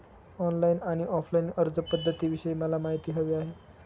online आणि offline अर्जपध्दतींविषयी मला माहिती हवी आहे